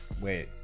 wait